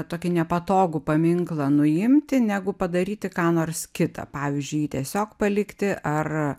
tokį nepatogų paminklą nuimti negu padaryti ką nors kitą pavyzdžiui jį tiesiog palikti ar